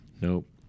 Nope